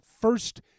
first